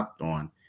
on